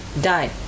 Die